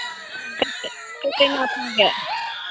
ꯀꯔꯤ ꯀꯔꯤ ꯉꯥ ꯐꯥꯒꯦ